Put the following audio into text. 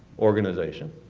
organization,